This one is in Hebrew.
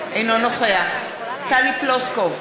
אינו נוכח טלי פלוסקוב,